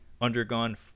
undergone